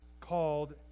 called